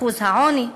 אחוז העוני.